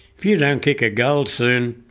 if you don't kick a goal soon,